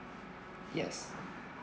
yes